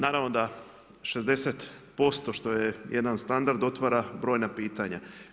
Naravno da 60% što je jedan standard otvara brojna pitanja.